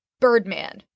Birdman